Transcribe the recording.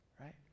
right